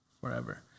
forever